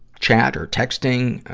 chat or texting,